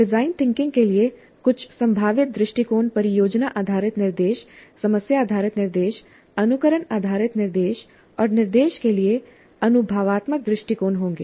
design thinking के लिए कुछ संभावित दृष्टिकोण परियोजना आधारित निर्देश समस्या आधारित निर्देश अनुकरण आधारित निर्देश और निर्देश के लिए अनुभवात्मक दृष्टिकोण होंगे